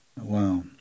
Wow